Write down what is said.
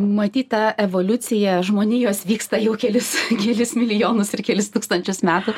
matyt ta evoliucija žmonijos vyksta jau kelis kelis milijonus ir kelis tūkstančius metų